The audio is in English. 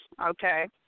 Okay